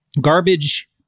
garbage